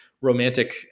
romantic